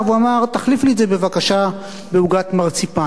ואמר: תחליף לי את זה בבקשה בעוגת מרציפן.